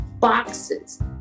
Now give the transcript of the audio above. boxes